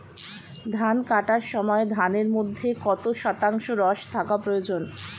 ধান কাটার সময় ধানের মধ্যে কত শতাংশ রস থাকা প্রয়োজন?